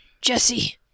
Jesse